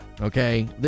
okay